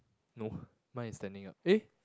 no mine is standing up eh